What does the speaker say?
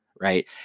Right